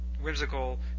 whimsical